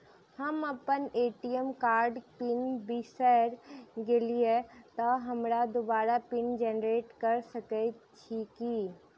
हम अप्पन ए.टी.एम कार्डक पिन बिसैर गेलियै तऽ हमरा दोबारा पिन जेनरेट कऽ सकैत छी की?